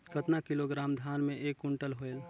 कतना किलोग्राम धान मे एक कुंटल होयल?